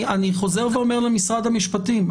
אני חוזר ואומר למשרד המשפטים,